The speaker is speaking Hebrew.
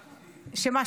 שמה?